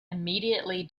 immediately